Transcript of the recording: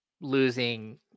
losing